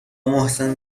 محسن